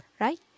right